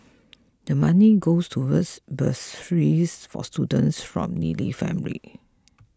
the money goes towards bursaries for students from needy families